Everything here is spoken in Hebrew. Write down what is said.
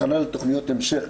הכנה לתכניות המשך,